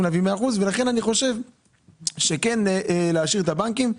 להביא 100%. לכן אני חושב שכן יש להשאיר את הבנקים.